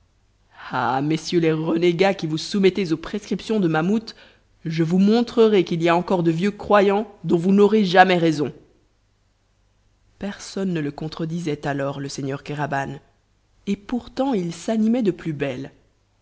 ah messieurs les renégats qui vous soumettez aux prescriptions de mahmoud je vous montrerai qu'il y a encore de vieux croyants dont vous n'aurez jamais raison personne ne le contredisait alors le seigneur kéraban et pourtant il s'animait de plus belle